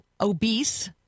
obese